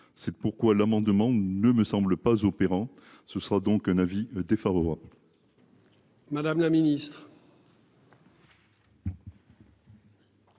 C'est pourquoi l'amendement ne me semblent pas opérants, ce sera donc un avis défavorable. Madame la Ministre.